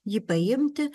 jį paimti